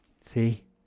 see